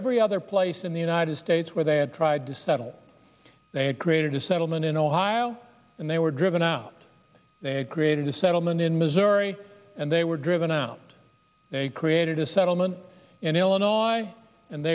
every other place in the united states where they had tried to settle they had created a settlement in ohio and they were driven out they created a settlement in missouri and they were driven out they created a settlement in illinois and